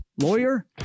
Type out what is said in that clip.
Lawyer